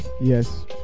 yes